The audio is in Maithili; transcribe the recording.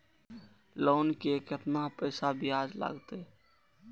लोन के केतना पैसा ब्याज लागते?